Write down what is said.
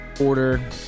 order